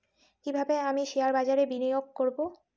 কিভাবে আমি শেয়ারবাজারে বিনিয়োগ করবে?